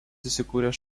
įsikūręs